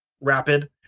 rapid